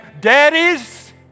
daddies